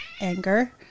Anger